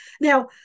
now